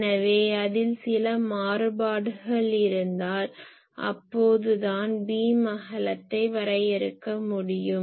எனவே அதில் சில மாறுபாடுகள் இருந்தால் அப்போது தான் பீம் அகலத்தை வரையறுக்க முடியும்